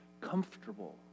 comfortable